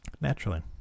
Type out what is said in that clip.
Naturally